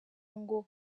ngo